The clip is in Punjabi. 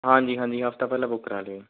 ਹਾਂਜੀ ਹਾਂਜੀ ਹਫਤਾ ਪਹਿਲਾਂ ਬੁੱਕ ਕਰਾ ਲਿਓ ਜੀ